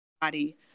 body